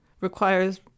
requires